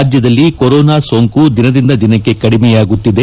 ರಾಜ್ಯದಲ್ಲಿ ಕೊರೊನಾ ಸೋಂಕು ದಿನದಿಂದ ದಿನಕ್ಕೆ ಕಡಿಮೆಯಾಗುತ್ತಿದೆ